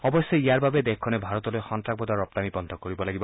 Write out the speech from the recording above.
অৱশ্যে ইয়াৰ বাবে দেশখনে ভাৰতলৈ সন্তাসবাদৰ ৰপ্তানি বন্ধ কৰিব লাগিব